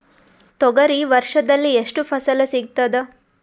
ತೊಗರಿ ವರ್ಷದಲ್ಲಿ ಎಷ್ಟು ಫಸಲ ಸಿಗತದ?